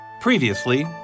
Previously